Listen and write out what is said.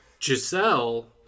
Giselle